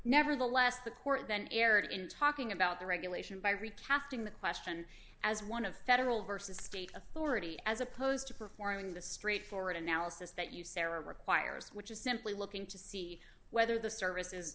nevertheless the court then erred in talking about the regulation by recasting the question as one of federal versus state authority as opposed to performing the straightforward analysis that usera requires which is simply looking to see whether the service